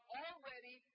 already